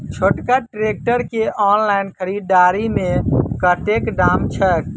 छोटका ट्रैक्टर केँ ऑनलाइन खरीददारी मे कतेक दाम छैक?